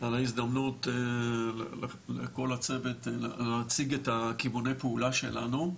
על ההזדמנות ולכל הצוות להציג את כיווני הפעולה שלנו.